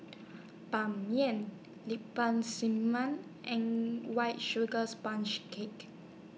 Ban Mian Lemper Man and White Sugar Sponge Cake